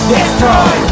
Destroy